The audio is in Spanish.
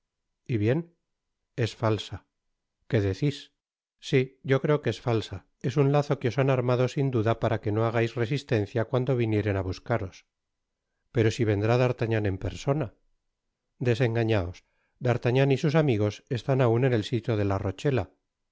y bien es falsa qué decis si yo creo que es falsa es un lazo que os han armado sin duda para que no hagais resistencia cuando vinieren á buscaros pero si vendrá d'artagnan en persona desengañaos d'artagnan y sus amigos están aun en el sitio de la rochela